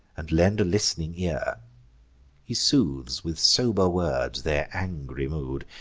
and lend a list'ning ear he soothes with sober words their angry mood,